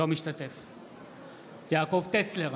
אינו משתתף בהצבעה יעקב טסלר,